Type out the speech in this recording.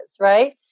Right